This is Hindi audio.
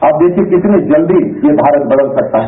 आप देखिए कितनी जल्दी ये भारत बदल सकता है